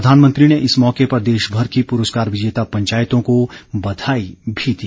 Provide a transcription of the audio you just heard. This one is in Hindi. प्रधानमंत्री ने इस मौके पर देशभर की पुरस्कार विजेता पंचायतों को बधाई भी दी